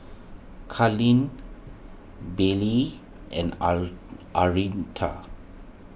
Carleen Billye and Aretha